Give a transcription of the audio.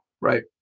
right